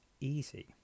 easy